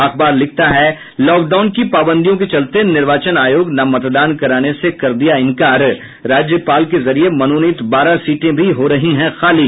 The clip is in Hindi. अखबार लिखता है लॉकडाउनकी पाबंदियों के चलते निर्वाचन आयोग न मतदान कराने से कर दिया इंकार राज्यपाल के जरिये मनोनीत बारह सीटें भी हो रही है खाली